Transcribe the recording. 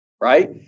right